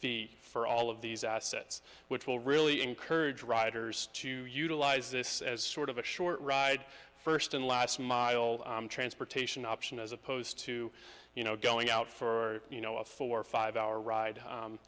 fee for all of these assets which will really encourage riders to utilize this as sort of a short ride first and last mile transportation option as opposed to you know going out for you know a four five hour ride